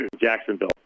Jacksonville